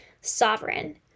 sovereign